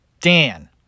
Dan